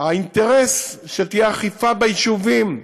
האינטרס הוא שתהיה אכיפה ביישובים,